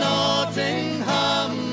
Nottingham